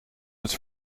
het